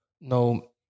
No